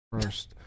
first